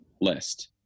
list